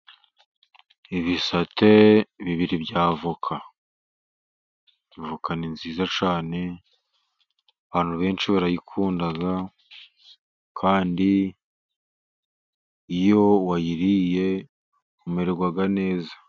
Ibisate bibiri bya avoka. Avoka ni nziza cyane abantu benshi barayikunda, kandi iyo wayiriye umererwa neza.